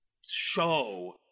show